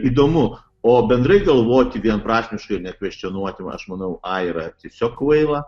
įdomu o bendrai galvoti vienprasmiškai ir nekvestionuoti aš manau a yra tiesiog kvaila